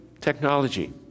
technology